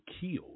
killed